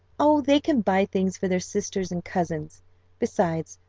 oh, they can buy things for their sisters and cousins besides,